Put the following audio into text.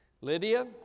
Lydia